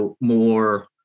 more